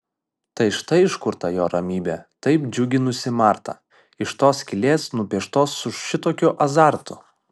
tai štai iš kur ta jo ramybė taip džiuginusi martą iš tos skylės nupieštos su šitokiu azartu